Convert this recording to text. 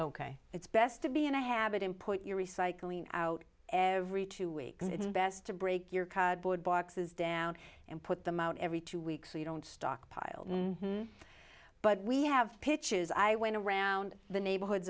ok it's best to be in a habit and put your recycling out every two weeks best to break your cardboard boxes down and put them out every two weeks so you don't stockpile but we have pitches i went around the neighborhoods